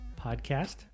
Podcast